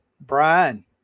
Brian